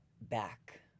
back